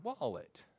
wallet